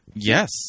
Yes